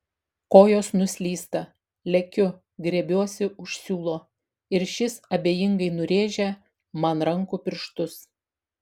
kojos nuslysta lekiu griebiuosi už siūlo ir šis abejingai nurėžia man rankų pirštus